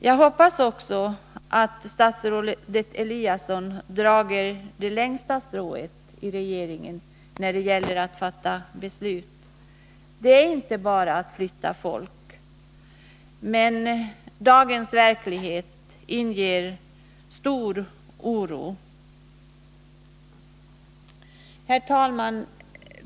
Jag hoppas bara att statsrådet Eliasson drar det längstra strået när regeringen skall fatta beslut i frågan. Det är inte bara att flytta folk! Dagens verklighet inger emellertid stor oro. Herr talman!